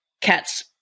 cats